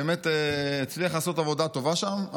באמת הצליח לעשות עבודה טובה שם,